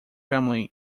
family